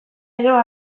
edo